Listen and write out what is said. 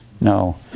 no